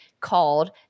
called